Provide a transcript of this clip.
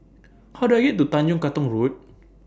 How Do I get to Tanjong Katong Road